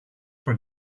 per